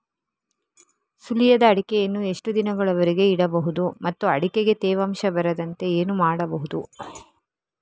ಸುಲಿಯದ ಅಡಿಕೆಯನ್ನು ಎಷ್ಟು ದಿನಗಳವರೆಗೆ ಇಡಬಹುದು ಮತ್ತು ಅಡಿಕೆಗೆ ತೇವಾಂಶ ಬರದಂತೆ ಏನು ಮಾಡಬಹುದು?